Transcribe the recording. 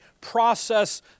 process